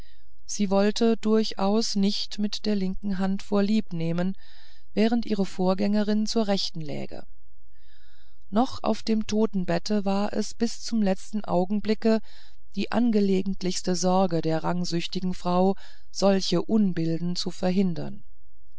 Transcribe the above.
sie wollte durchaus nicht mit der linken hand vorlieb nehmen während ihre vorgängerin zur rechten läge noch auf dem totenbette war es bis zum letzten augenblicke die angelegentlichsten sorge der rangsüchtigen frau solche unbilde zu verhindern